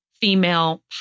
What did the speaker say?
female